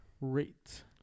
rate